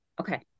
Okay